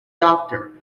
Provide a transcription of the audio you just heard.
doctor